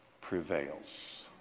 prevails